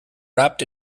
wrapped